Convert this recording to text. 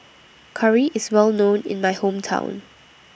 Curry IS Well known in My Hometown